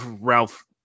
Ralph